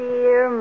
Dear